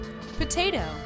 Potato